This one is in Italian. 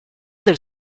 del